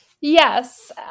Yes